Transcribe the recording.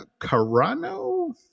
Carano